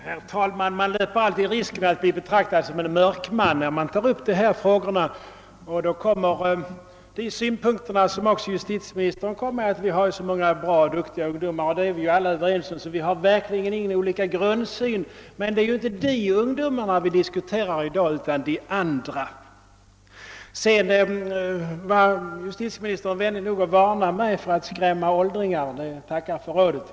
Herr talman! Man löper alltid risken att bli betraktad såsom en mörkman när man tar upp frågor om ungdomsbrottsligheten. Då anföres gärna de synpunkter som också justitieministern har kommit med, nämligen att det finns så många bra och duktiga ungdomar. Det är vi väl alla överens om, så vi har verkligen inte olika grundsyn. Men det är ju inte dessa skötsamma ungdomar som vi i dag diskuterar utan de andra. Justitieministern var vänlig nog att varna mig för att skrämma åldringar. Jag tackar för rådet.